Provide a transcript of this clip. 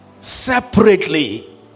separately